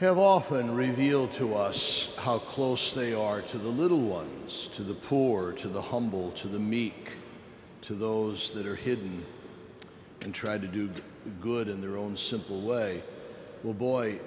have often revealed to us how close they are to the little ones to the poor to the humble to the meek to those that are hidden and tried to do good the good in their own simple way will boy